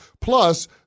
Plus